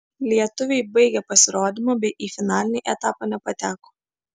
lietuviai baigė pasirodymą bei į finalinį etapą nepateko